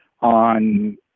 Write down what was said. on